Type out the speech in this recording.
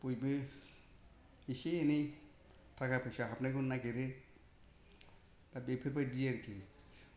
बयबो एसे एनै थाखा फैसा हाबनायखौ नायगेरो दा बेफोरबायदि आरोखि